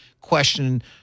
question